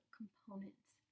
components